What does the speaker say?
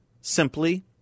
simply